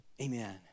Amen